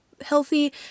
healthy